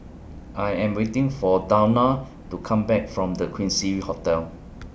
I Am waiting For Dawna to Come Back from The Quincy Hotel